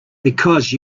because